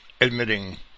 admitting